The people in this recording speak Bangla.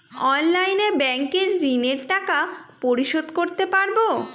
অনলাইনে ব্যাংকের ঋণের টাকা পরিশোধ করতে পারবো?